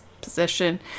position